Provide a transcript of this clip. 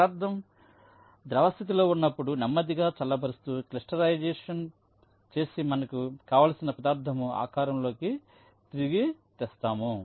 పదార్థం ద్రవ స్థితిలో ఉన్నప్పుడు నెమ్మదిగా చల్ల బరుస్తూ క్రిస్టలైజింగ్ చేసి మనకు కావలసిన పదార్థము ఆకారంలోకి తీసుకు వస్తాము